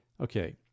Okay